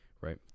right